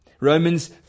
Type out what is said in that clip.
Romans